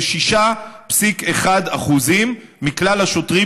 זה 6.1% מכלל השוטרים